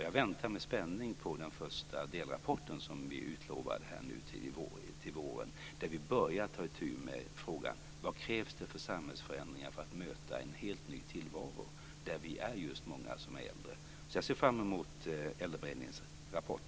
Jag väntar med spänning på den första delrapporten, som vi är utlovade nu till våren, så att vi kan börja att ta itu med frågan: Vad krävs det för samhällsförändringar för att möta en helt ny tillvaro där vi är just många som är äldre? Jag ser fram emot äldreberedningens rapport.